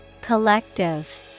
Collective